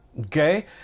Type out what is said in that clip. Okay